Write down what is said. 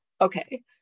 Okay